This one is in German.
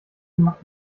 macht